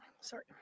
Sorry